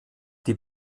die